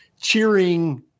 cheering